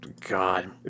God